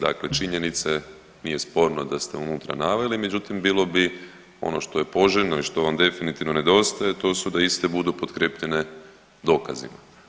Dakle, činjenice nije sporno da ste unutra naveli, međutim bilo bi ono što je poželjno i što vam definitivno nedostaje to su da iste budu potkrijepljene dokazima.